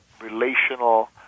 relational